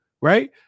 Right